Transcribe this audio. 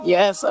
Yes